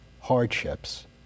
hardships